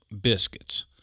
biscuits